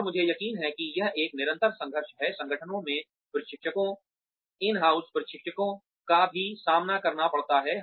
और मुझे यकीन है कि यह एक निरंतर संघर्ष है संगठनों में प्रशिक्षकों इन हाउस प्रशिक्षकों का भी सामना करना पड़ता है